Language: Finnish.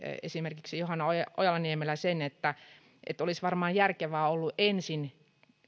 esimerkiksi johanna ojala niemelä olisi varmaan järkevää ollut ensin